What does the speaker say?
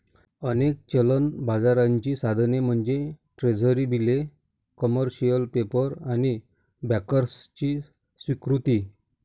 अनेक चलन बाजाराची साधने म्हणजे ट्रेझरी बिले, कमर्शियल पेपर आणि बँकर्सची स्वीकृती